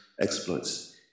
exploits